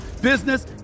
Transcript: business